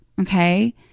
Okay